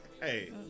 Hey